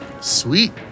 Sweet